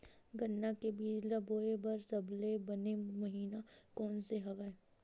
गन्ना के बीज ल बोय बर सबले बने महिना कोन से हवय?